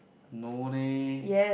no leh